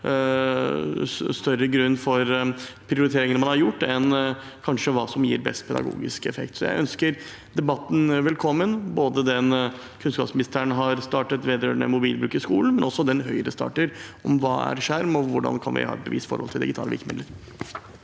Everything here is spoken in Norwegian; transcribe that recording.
større grunn for prioriteringene man har gjort, enn hva som gir best pedagogisk effekt. Jeg ønsker debattene velkommen, både den kunnskapsministeren har startet vedrørende mobilbruk i skolen, og den Høyre starter, om hva skjerm er, og hvordan vi kan ha et bevisst forhold til digitale virkemidler.